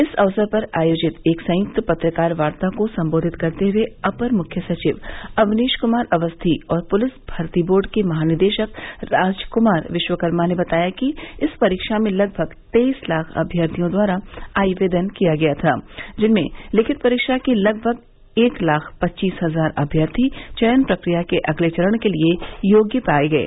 इस अवसर पर आयोजित एक संयुक्त पत्रकार वार्ता को संबोधित करते हुए अपर मुख्य सचिव अवनीश कुमार अवस्थी और पुलिस भर्ती बोर्ड के महानिदेशक राजकुमार विश्वकर्मा ने बताया कि इस परीक्षा में लगभग तेईस लाख अभ्यर्थियों द्वारा आवेदन किया गया था जिसमें लिखित परीक्षा के लगभग एक लाख पच्चीस हजार अभ्यर्थी चयन प्रक्रिया के अगले चरण के लिये योग्य पाये गये